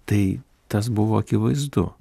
tai tas buvo akivaizdu